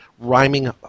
rhyming